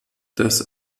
das